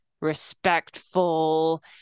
respectful